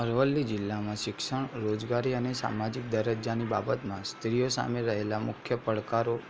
અરવલ્લી જિલ્લામાં શિક્ષણ રોજગારી અને સામાજિક દરજ્જાની બાબતમાં સ્ત્રીઓ સામે રહેલાં મુખ્ય પડકારો